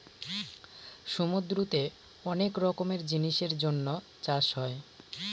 সমুদ্রতে অনেক রকমের জিনিসের জন্য চাষ হয়